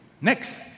Next